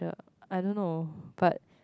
I don't know but